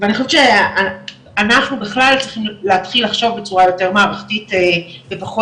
ואני חושבת שאנחנו בכלל צריכים להתחיל לחשוב בצורה יותר מערכתית ופחות